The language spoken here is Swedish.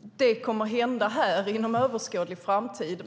detta kommer att hända här inom överskådlig framtid.